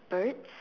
birds